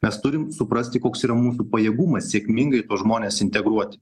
mes turim suprasti koks yra mūsų pajėgumas sėkmingai tuos žmones integruoti